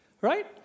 right